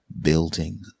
Building